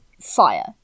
fire